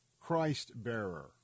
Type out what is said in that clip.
Christ-bearer